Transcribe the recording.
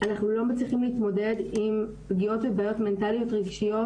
אנחנו לא מצליחים להתמודד עם פגיעות ובעיות מנטליות רגשיות